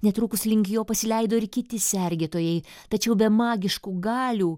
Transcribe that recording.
netrukus link jo pasileido ir kiti sergėtojai tačiau be magiškų galių